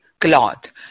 cloth